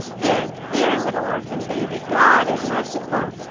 there, there, little orphan baby, god is merciful.